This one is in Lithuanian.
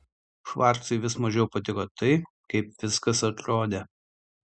švarcui vis mažiau patiko tai kaip viskas atrodė